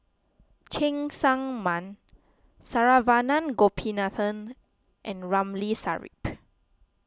Cheng Tsang Man Saravanan Gopinathan and Ramli Sarip